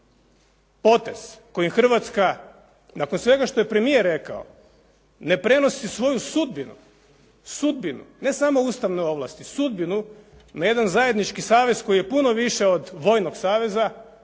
potez kojim Hrvatska nakon svega što je premijer rekao ne prenosi svoju sudbinu, sudbinu ne samo ustavne ovlasti, sudbinu na jedan zajednički savez koji je puno više od vojnog saveza